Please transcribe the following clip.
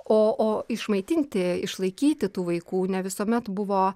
o o išmaitinti išlaikyti tų vaikų ne visuomet buvo